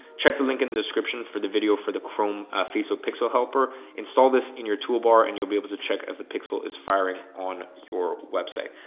check the link in the description for the video for the chrome fiesel pixel helper. install this in your toolbar and you'll be able to check if the pixel is firing on your website.